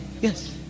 yes